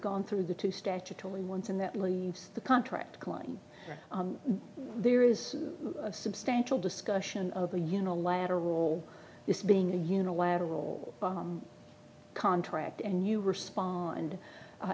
gone through the two statutory ones and that leaves the contract line there is substantial discussion of a unilateral this being a unilateral contract and you respond a